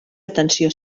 atenció